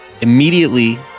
immediately